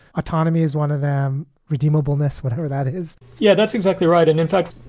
autonomy is one of them redeemable ness, whatever that is yeah, that's exactly right. and in fact,